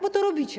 Bo to robicie.